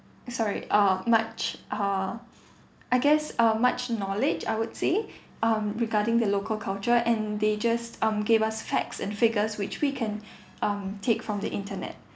sorry uh much err I guess uh much knowledge I would say um regarding the local culture and they just um gave us facts and figures which we can um take from the internet